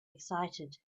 excited